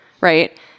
right